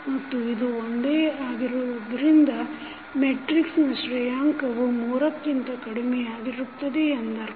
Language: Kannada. ಮತ್ತು ಇದು ಒಂದೇಯಾಗಿರುವುದರಿಂದ ಮೆಟ್ರಿಕ್ಸನ ಶ್ರೇಯಾಂಕವು 3ಕ್ಕಿಂತ ಕಡಿಮೆಯಾಗಿರುತ್ತದೆ ಎಂದರ್ಥ